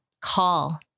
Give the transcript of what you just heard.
call